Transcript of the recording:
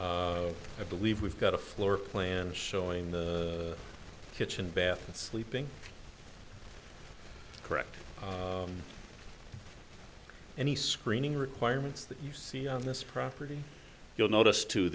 right i believe we've got a floor plan showing the kitchen bath and sleeping correct and he screening requirements that you see on this property you'll notice to